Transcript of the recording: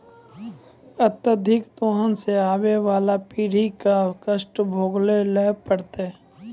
अत्यधिक दोहन सें आबय वाला पीढ़ी क कष्ट भोगै ल पड़तै